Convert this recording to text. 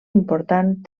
important